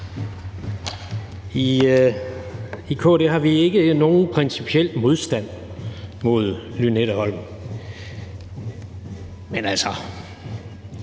I KD har vi ikke nogen principiel modstand mod Lynetteholm, men altså,